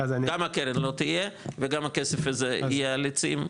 גם הקרן לא תהיה וגם הכסף הזה יהיה על עצים.